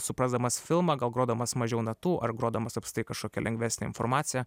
suprasdamas filmą gal grodamas mažiau natų ar grodamas apskritai kažkokią lengvesnę informaciją